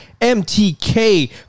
MTK